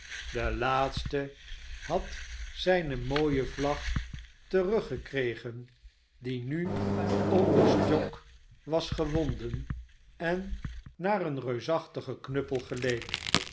de laatste had zijne mooie vlag teruggekregen die nu om den stok was gewonden en naar een reusachtigen knuppel geleek